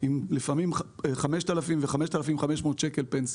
יצאו לפעמים עם 5,000 ו-5,500 שקלים פנסיה.